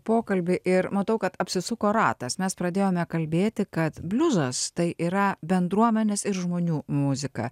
pokalbį ir matau kad apsisuko ratas mes pradėjome kalbėti kad bliuzas tai yra bendruomenės ir žmonių muzika